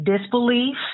disbelief